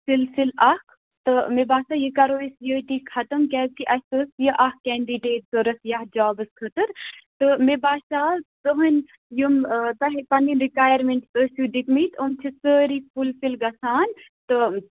سِلسِلہٕ اَکھ تہٕ مےٚ باسان یہِ کَرو أسۍ ییٚتی خَتٕم کیٛاز کہِ اسہِ ٲس یہِ اَکھ کیٚنٛڈِڈیٚٹ ضروٗرت یَتھ جابَس خٲطرٕ تہٕ مےٚ باسیٚو تُہٕنٛدۍ یِم آ پَننہِ رِکایَرمٮ۪نٛٹٕس ٲسوٕ دِتۍمٕتۍ تِم چھِ سٲری فُلفِل گژھان تہٕ